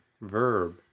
verb